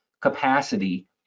capacity